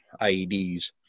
IEDs